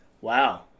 wow